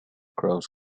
cross